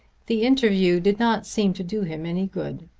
the interview did not seem to do him any good.